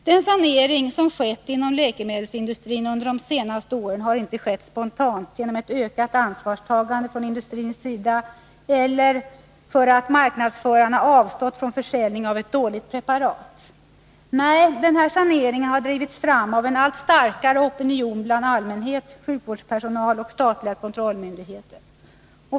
Den sanering som har skett inom läkemedelsindustrin under de senaste åren har inte skett spontant genom ett ökat ansvarstagande från industrins sida eller för att marknadsförarna avstått från försäljning av ett dåligt preparat. Nej, saneringen har drivits fram av en allt starkare opinion bland allmänhet, sjukvårdspersonal och statliga kontrollmyndigheter.